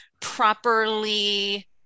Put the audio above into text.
properly